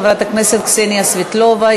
חברת הכנסת קסניה סבטלובה,